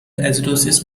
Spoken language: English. acidosis